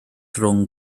rhwng